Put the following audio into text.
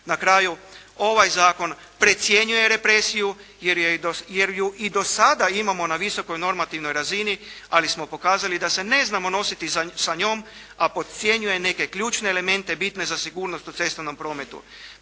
Na kraju, ovaj zakon precjenjuje represiju jer ju i do sada imamo na visokoj normativnoj razini, ali smo pokazali da se ne znamo nositi sa njom, a podcjenjuje neke ključne elemente bitne za sigurnost u cestovnom prometu.